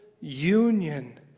union